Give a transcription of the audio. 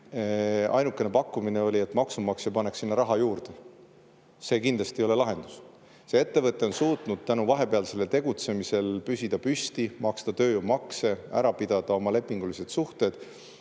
[oli see], et maksumaksja paneks sinna raha juurde. See kindlasti ei ole lahendus. See ettevõte on suutnud tänu vahepealsele tegutsemisele püsida püsti, maksta tööjõumakse, ära pidada oma lepingulised suhted.